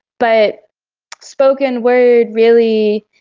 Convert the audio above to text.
but spoken word really,